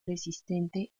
resistente